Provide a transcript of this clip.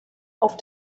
auf